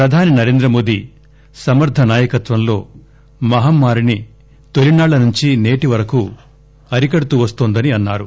ప్రధాని నరేంద్రమోదీ సమర్ద నాయకత్వంలో మహమ్మారిని తొలినాళ్ల నుంచి సేటి వరకు అరికడుతూ వస్తోందని అన్నారు